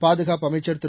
பாதுகாப்பு அமைச்சர் திரு